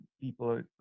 people